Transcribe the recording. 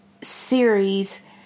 series